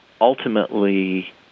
ultimately